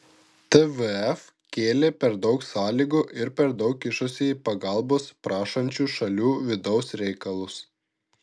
tvf kėlė per daug sąlygų ir per daug kišosi į pagalbos prašančių šalių vidaus reikalus